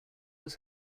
was